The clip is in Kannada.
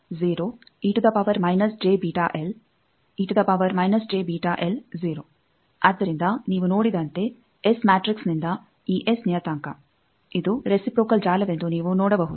ಆದ್ದರಿಂದ ನೀವು ನೋಡಿದಂತೆ ಎಸ್ ಮ್ಯಾಟ್ರಿಕ್ಸ್ನಿಂದ ಈ ಎಸ್ ನಿಯತಾಂಕಇದು ರೆಸಿಪ್ರೋಕಲ್ ಜಾಲವೆಂದು ನೀವು ನೋಡಬಹುದು